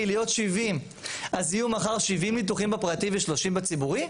להיות 70 אז יהיו מחר 70 ניתוחים בפרטי ו-30 בציבורי?